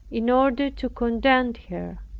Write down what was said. in order to content her.